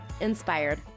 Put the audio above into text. Inspired